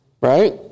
right